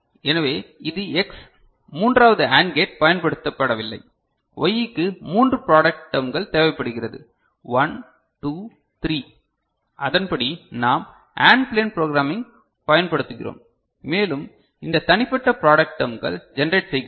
எனவே இது எக்ஸ் மூன்றாவது AND கேட் பயன்படுத்தப்படவில்லை Y க்கு மூன்று ப்ராடெக்ட் டெர்ம்கள் தேவைப்படுகிறது 1 2 3 அதன்படி நாம் AND ப்ளேன் ப்ரோக்ராமிங் பயன்படுத்துகிறோம் மேலும் இந்த தனிப்பட்ட ப்ராடெக்ட் டெர்ம்கள் ஜெனரேட் செய்கிறோம்